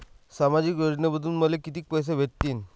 सामाजिक योजनेमंधून मले कितीक पैसे भेटतीनं?